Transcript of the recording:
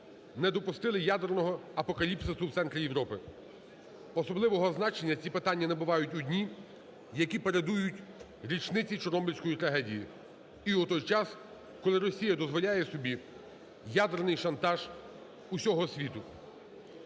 не допустили ядерного апокаліпсису в центрі Європи. Особливого значення ці питання набувають у дні, які передують річниці Чорнобильської трагедії, і у той час, коли Росія дозволяє собі ядерний шантаж усього світу.